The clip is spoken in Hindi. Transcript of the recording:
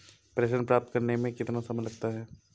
प्रेषण प्राप्त करने में कितना समय लगता है?